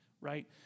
right